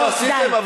לא עשיתם,